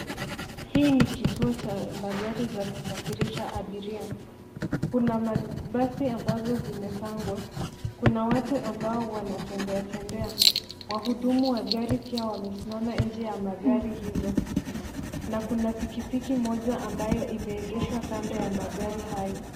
Hii ni kituo cha magari za kusafirisha abiria. Kuna mabasi ambazo zimepangwa. Kuna watu ambao wanatembeatembea. Wahudumu wa gari pia wamesimama nje ya magari hizo, na kuna pikipiki moja ambayo imeegeshwa kando ya magari hayo.